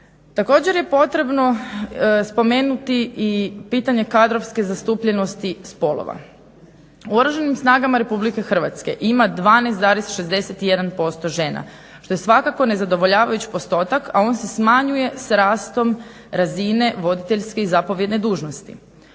Također je potrebno spomenuti i pitanje kadrovske zastupljenosti spolova. U Oružanim snagama Republike Hrvatske ima 12,61% žena, što je svakako nezadovoljavajući postotak, a on se smanjuje s rastom razine voditeljske i zapovjedne dužnosti.